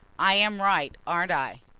i am right, aren't i?